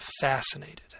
fascinated